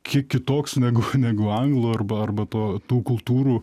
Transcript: kiek kitoks negu negu anglų arba arba to tų kultūrų